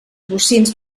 bocins